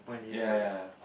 ya ya